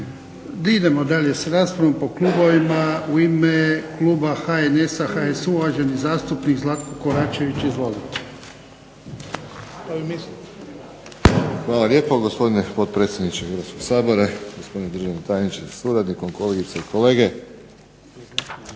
Idemo dalje s raspravom po klubovima. U ime kluba HNS-HSU-a uvaženi zastupnik Zlatko Koračević. Izvolite. **Koračević, Zlatko (HNS)** Hvala lijepo gospodine potpredsjedniče Hrvatskog sabora, gospodine državni tajniče sa suradnikom, kolegice i kolege.